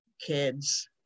Kids